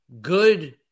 good